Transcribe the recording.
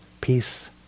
peace